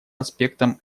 аспектам